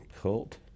cult